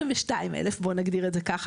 22,000 בוא נגדיר את זה ככה.